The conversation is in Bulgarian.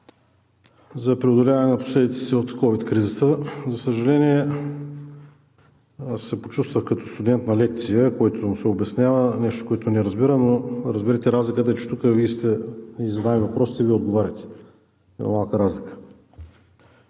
за преодоляване на последиците от COVID кризата. За съжаление, аз се почувствах като студент на лекция, на когото му се обяснява нещо, което не разбира. Но разбирате разликата, че тук ние задаваме въпросите, Вие отговаряте – има малка разлика.